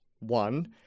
One